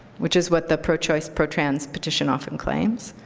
which is what the pro-choice, pro-trans petition often claims.